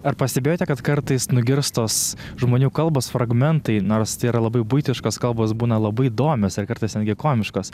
ar pastebėjote kad kartais nugirstos žmonių kalbos fragmentai nors tai yra labai buitiškos kalbos būna labai įdomios ir kartais netgi komiškos